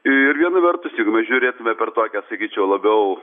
ir viena vertus jeigu mes žiūrėtume per tokią sakyčiau labiau